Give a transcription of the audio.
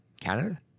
Canada